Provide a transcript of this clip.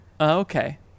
Okay